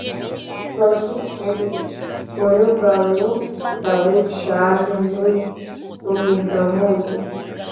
klausyk henri kurių galų davei čarlzui tų migdomųjų